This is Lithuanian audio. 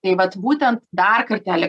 tai vat būten dar kartelį